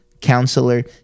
counselor